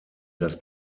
das